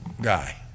guy